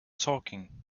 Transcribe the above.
talking